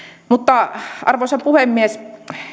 arvoisa puhemies